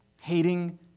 hating